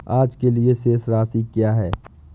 आज के लिए शेष राशि क्या है?